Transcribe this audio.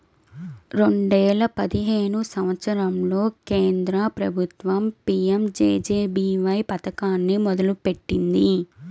రెండేల పదిహేను సంవత్సరంలో కేంద్ర ప్రభుత్వం పీ.యం.జే.జే.బీ.వై పథకాన్ని మొదలుపెట్టింది